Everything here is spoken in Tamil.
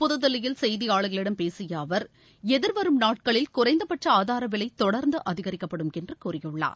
புதுதில்லியில் செய்தியாளர்களிடம் பேசிய அவர் எதிர்வரும் நாட்களில் குறைந்தபட்ச ஆதாரவிலை தொடர்ந்து அதிகரிக்கப்படும் என்று கூறியுள்ளார்